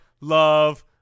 love